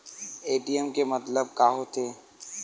ATM के मतलब का होथे?